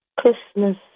Christmas